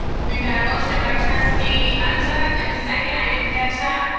we've got a motion by trustee um ntuk, and a second, i didn't catch that?